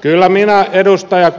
kyllä minä edustaja